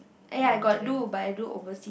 ya I got do but I do overseas